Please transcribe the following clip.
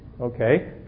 okay